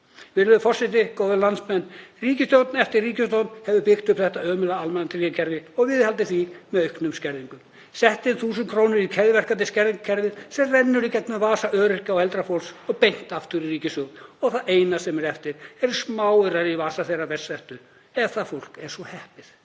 Virðulegi forseti. Góðir landsmenn. Ríkisstjórn eftir ríkisstjórn hefur byggt upp þetta ömurlega almannatryggingakerfi og viðhaldið því með auknum skerðingum, sett inn þúsund krónur í keðjuverkandi skerðingarkerfið sem renna í gegnum vasa öryrkja og eldra fólks og beint aftur í ríkissjóð. Það eina sem er eftir eru smáaurar í vasa þeirra verst settu ef það fólk er svo heppið.